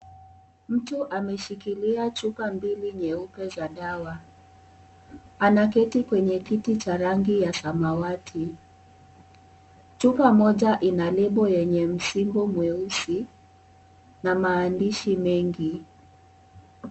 Mtu ameshikilia chupa mbili nyeupe za dawa. Anaketi kwenye kiti cha rangi ya samawati, chupa moja ina lebo yenye msimbo mweusi na maandishi mengi.